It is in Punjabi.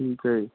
ਠੀਕ ਹੈ